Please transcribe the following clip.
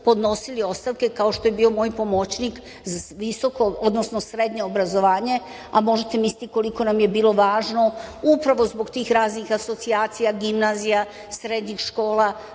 podnosili ostavke, kao što je bio moj pomoćnik za srednje obrazovanje, a možete misliti koliko nam je bilo važno upravo zbog tih raznih asocijacija, gimnazija, srednjih škola